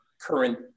current